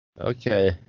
Okay